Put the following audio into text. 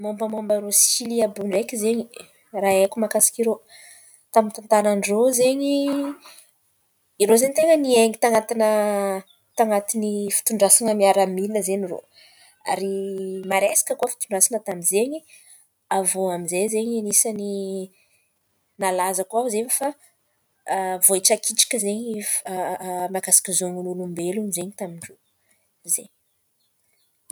Mombamomban-drô Silia iô ndraiky izen̈y raha haiko mahakasika irô tamin'ny tantaran-drô zen̈y, irô zen̈y ten̈a niaina tanatina tanantin'ny fitondrasan̈a miaramila ary maresaka koa fitondrasan̈a tamin'izen̈y. Avô aminjay izen̈y anisan̈y nalaza koa zen̈y fa voahitsakitsaka zen̈y fa mahakasika ny zon'olombelon̈o zen̈y tamin-drô zen̈y.